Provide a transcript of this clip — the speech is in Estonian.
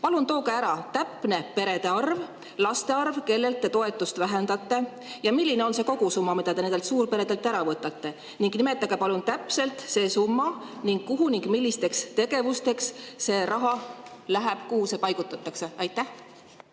Palun tooge ära täpne perede arv, laste arv, kellel te toetust vähendate. Milline on see kogusumma, mida te nendelt peredelt ära võtate? Nimetage palun täpselt see summa ning kuhu ja millisteks tegevusteks see raha läheb. Kuhu see paigutatakse?